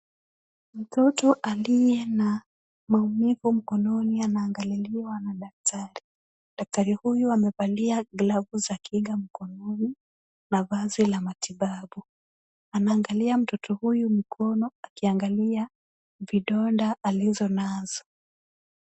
Mtoto aliye na maumivu mkononi anaangaliliwa na daktari. Daktari huyu amevalia glavu za kinga mkononi na vazi la matibabu. Anaangalia mtoto huyu mkono akiangalia vidonda alizonazo.